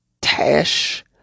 Tash